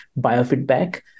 Biofeedback